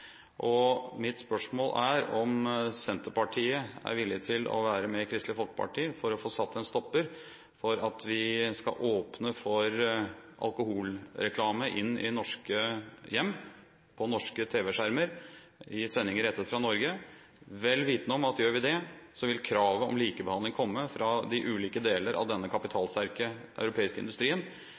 og mitt spørsmål er om Senterpartiet er villig til å være med Kristelig Folkeparti og sette en stopper for at vi skal åpne for alkoholreklame inn i norske hjem, på norske tv-skjermer i sendinger rettet fra Norge – vel vitende om at gjør vi det, vil kravet om likebehandling komme fra de ulike deler av denne kapitalsterke europeiske industrien,